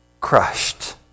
crushed